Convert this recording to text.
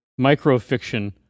microfiction